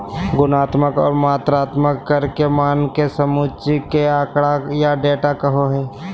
गुणात्मक और मात्रात्मक कर के मान के समुच्चय के आँकड़ा या डेटा कहो हइ